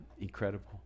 incredible